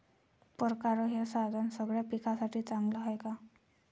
परकारं हे साधन सगळ्या पिकासाठी चांगलं हाये का?